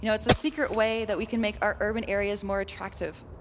you know it's a secret way that we can make our urban areas more attractive.